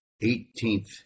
eighteenth